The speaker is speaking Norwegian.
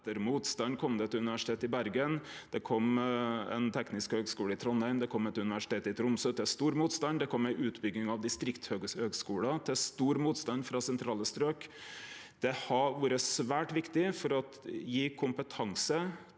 Etter motstand kom det eit universitet i Bergen. Det kom ein teknisk høgskule i Trondheim, det kom eit universitet i Tromsø – til stor motstand. Det kom ei utbygging av distriktshøgskular – til stor motstand frå sentrale strøk. Det har vore svært viktig for å gje kompetanse